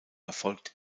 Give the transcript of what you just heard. erfolgt